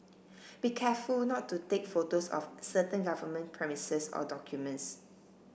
be careful not to take photos of certain government premises or documents